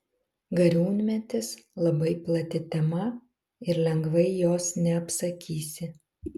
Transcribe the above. gariūnmetis labai plati tema ir lengvai jos neapsakysi